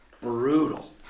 brutal